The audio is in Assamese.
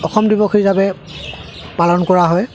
অসম দিৱস হিচাপে পালন কৰা হয়